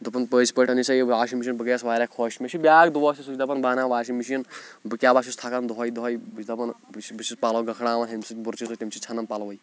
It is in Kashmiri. دوٚپُن پٔزۍ پٲٹھۍ أنِتھ ژےٚ یہِ واشِنٛگ مِشیٖن بہٕ گٔیَس واریاہ خۄش مےٚ چھِ بیٛاکھ دوس تہِ سُہ چھِ دَپان بہٕ اَنہٕ ہا واشِنٛگ مِشیٖن بہٕ کیاہ بہ چھُس تھَکان دۄہَے دۄہَے بہٕ چھُس دَپان بہٕ چھُس بہٕ چھُس پَلَو گٔکھراوَان ہُمہِ سۭتۍ بُرشہِ سۭتۍ تِم چھِ ژھٮ۪نَان پَلوٕے